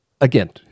again